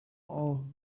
all